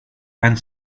and